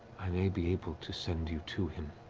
i may be able to send you to him